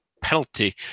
penalty